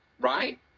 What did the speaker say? Right